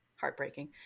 heartbreaking